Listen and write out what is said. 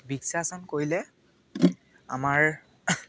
বৃক্ষাসন কৰিলে আমাৰ